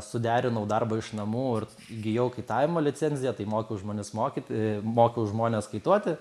suderinau darbą iš namų ir įgijau kaitavimo licenziją tai mokiau žmones mokyt mokiau žmones kaituoti